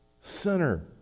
sinner